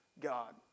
God